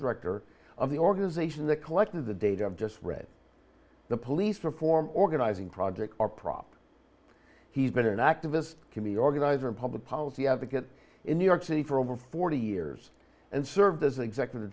director of the organization that collected the data i've just read the police reform organizing project or prop he's been an activist committee organizer and public policy advocate in new york city for over forty years and served as executive